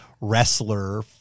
wrestler